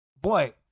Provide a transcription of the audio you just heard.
Boy